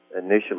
initially